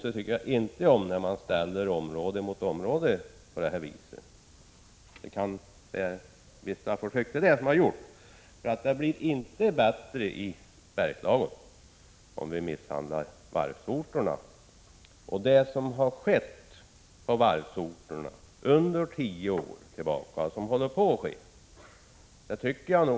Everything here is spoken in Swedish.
Jag tycker däremot inte om när man ställer område mot område på det sätt som det här har gjorts vissa försök till. Situationen i Bergslagen blir inte bättre om vi misshandlar varvsorterna. Jag tycker att vi skall ha rätt stor respekt för vad som under tio år har skett och fortfarande sker på varvsorterna.